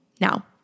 Now